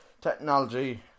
technology